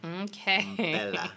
Okay